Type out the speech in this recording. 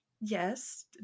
yes